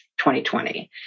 2020